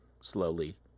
Slowly